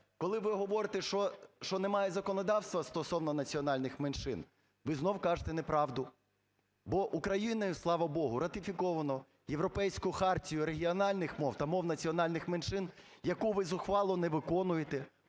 Коли ви говорите, що немає законодавства стосовно національних меншин, ви знову кажете неправду, бо Україною, слава Богу, ратифіковано Європейську хартію регіональних мов та мов національних меншин, яку ви зухвало не виконуєте,